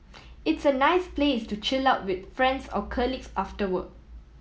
it's a nice place to chill out with friends or colleagues after work